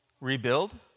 rebuild